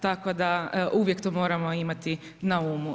Tako da uvijek to moramo imati na umu.